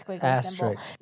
asterisk